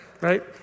Right